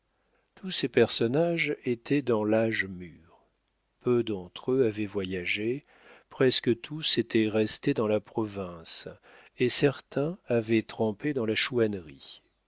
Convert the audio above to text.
tous ces personnages étaient dans l'âge mur peu d'entre eux avaient voyagé presque tous étaient restés dans la province et certains avaient trempé dans la